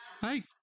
hey